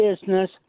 business